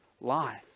life